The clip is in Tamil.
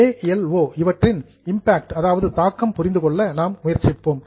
ஏ எல் ஓ இவற்றின் இம்பேக்ட் தாக்கத்தை புரிந்து கொள்ள நாம் முயற்சிப்போம்